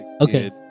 Okay